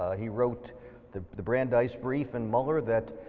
he wrote the the brandeis brief in muller that